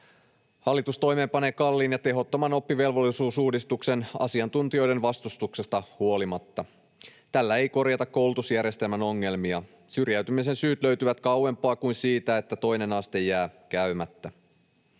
Hallitus toimeenpanee kalliin ja tehottoman oppivelvollisuusuudistuksen asiantuntijoiden vastustuksesta huolimatta. Tällä ei korjata koulutusjärjestelmän ongelmia. Syrjäytymisen syyt löytyvät kauempaa kuin siitä, että toinen aste jää käymättä.